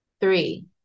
three